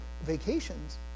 vacations